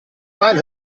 mein